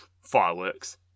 Fireworks